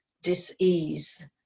Disease